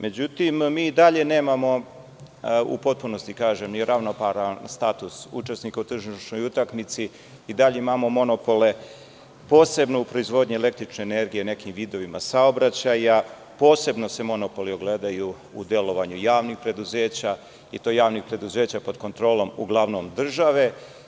Međutim, mi i dalje nemamo u potpunosti ravnopravan status učesnika u tržišnoj utakmici, i dalje imamo monopole, posebno u proizvodnji električne energije, nekim vidovima saobraćaja, posebno se monopoli ogledaju u delovanju javnih preduzeća i to javnih preduzeća pod kontrolom uglavnom države.